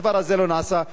הדבר הזה לא נעשה,